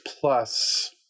plus